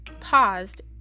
paused